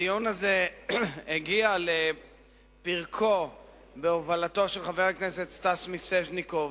הדיון הזה הגיע לפרקו בהובלת חבר הכנסת סטס מיסז'ניקוב,